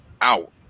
out